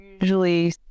usually